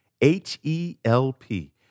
H-E-L-P